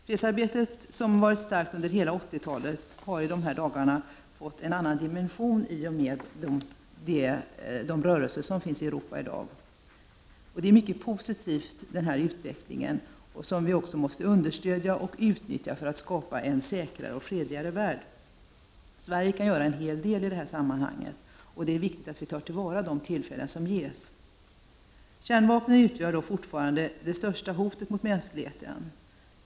Fredsarbetet har varit omfattande under hela 80-talet och har i dessa dagar fått en annan dimension i och med de rörelser som finns ute i Europa. Det här är en mycket positiv utveckling. Vi måste stödja denna och utveckla den för att skapa en säkrare och fredligare värld. Sverige kan göra en hel del i detta sammanhang. Det är viktigt att vi tar till vara de tillfällen som ges. Kärnvapnen utgör fortfarande det största hotet mot mänskligheten.